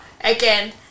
again